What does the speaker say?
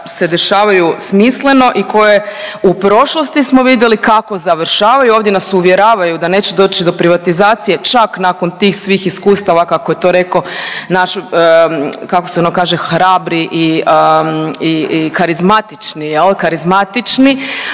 se dešavaju smisleno i koje u prošlosti smo vidjeli kako završavaju, ovdje nas uvjeravaju da neće doći do privatizacije čak nakon tih svih iskustava kako je to rekao naš kako se ono kaže, hrabri i karizmatični jel karizmatični